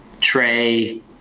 Trey